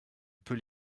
peut